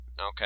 Okay